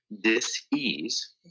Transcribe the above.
dis-ease